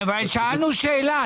שאלנו שאלה.